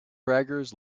braggers